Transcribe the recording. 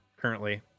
Currently